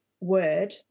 word